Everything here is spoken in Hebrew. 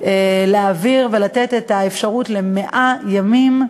להעביר ולתת את האפשרות ל-100 ימים,